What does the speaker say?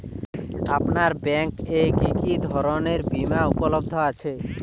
আপনার ব্যাঙ্ক এ কি কি ধরনের বিমা উপলব্ধ আছে?